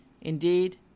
Indeed